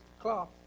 cloth